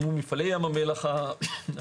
מול מפעלי ים המלח הירדניים.